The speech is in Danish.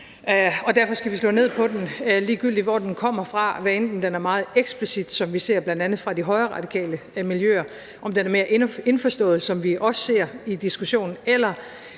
derfor skal vi slå ned på den, ligegyldigt hvor den kommer fra, hvad enten den er meget eksplicit, som vi ser det bl.a. fra de højreradikale miljøer, eller om den er mere indforstået, som vi også ser det i diskussionen, eller